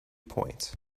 points